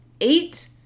eight